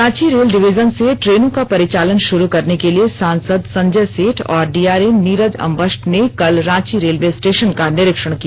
Ranchi rail division से ट्रेनों का परिचालन शुरू करने के लिए सांसद संजय सेठ और डीआरएम नीरज अंबष्ठ ने कल रांची रेलवे स्टेशन का निरीक्षण किया